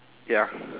ya